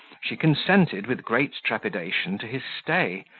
she consented, with great trepidation, to his stay,